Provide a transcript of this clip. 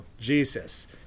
Jesus